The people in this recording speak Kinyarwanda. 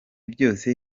byose